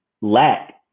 lack